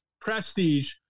prestige